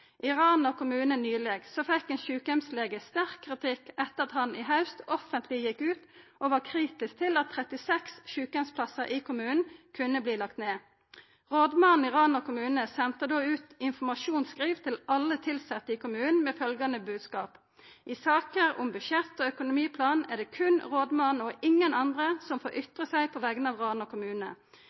I Rana kommune fekk nyleg ein sjukeheimslege sterk kritikk etter at han i haust offentleg gjekk ut og var kritisk til at 36 sjukeheimsplassar i kommunen kunne verta lagde ned. Rådmannen i Rana kommune sende då ut informasjonsskriv til alle tilsette i kommunen med følgjande bodskap: I saker om budsjett og økonomiplan er det berre rådmannen og ingen andre som får ytra seg på vegner av Rana kommune.